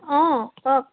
অঁ কওক